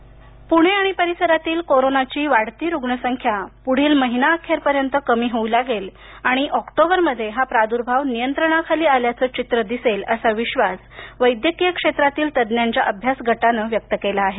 corona अभ्यास प्रणे आणि परिसरातील कोरोनाची वाढती रुग्णसंख्या पुढील महिनाअखेर पर्यंत कमी होऊ लागेल आणि ऑक्टोबरमध्ये हा प्रादुर्भाव नियंत्रणाखाली आल्याचं चित्र दिसेल असा विश्वास वैद्यकीय क्षेत्रातील तज्ज्ञांच्या अभ्यास गटानं व्यक्त केला आहे